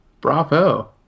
Bravo